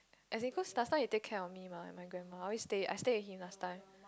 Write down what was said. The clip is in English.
as in cause he last time always take care of me mah my grandpa I always stay I stay with him last time